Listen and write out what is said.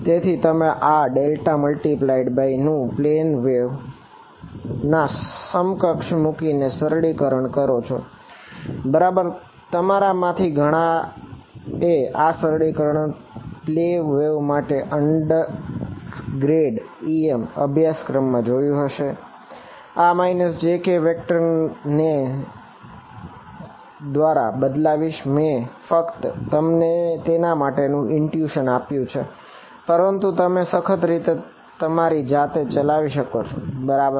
તેથી તમે આ ∇× નું પ્લેન વેવ EM અભ્યાસક્રમમાં જોયું હશે હું આ jk વેક્ટર આપ્યું છે પરંતુ તમે તેને સખત રીતે તમારી જાતે ચલાવી શકો છો બરાબર